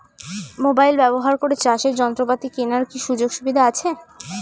Mobile ব্যবহার করে চাষের যন্ত্রপাতি কেনার কি সুযোগ সুবিধা আছে?